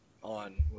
on